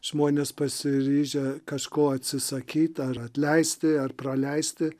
žmonės pasiryžę kažko atsisakyt ar atleisti ar praleisti